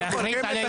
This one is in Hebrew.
היא מוקמת,